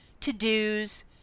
to-dos